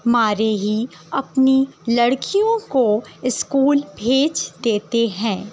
مارے ہی اپنی لڑکیوں کو اسکول بھیج دیتے ہیں